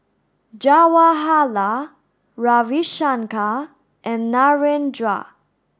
Jawaharlal Ravi Shankar and Narendra